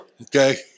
okay